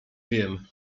wiem